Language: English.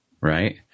Right